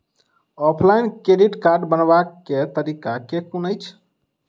Offline credit card बनाबै केँ तरीका केँ कुन अछि?